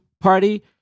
party